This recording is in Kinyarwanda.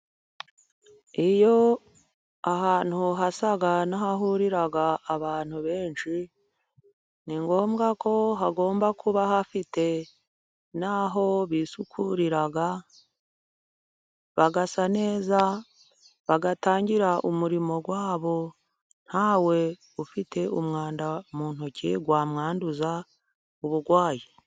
Iyo ahantu hasa n'ahahurira abantu benshi ni ngombwa ko hagomba kuba hafite n'aho bisukuririra, bagasa neza bagatangira umurimo wabo ntawe ufite umwanda mu ntoki wamwanduza uburwayi.